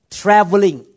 traveling